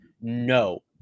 No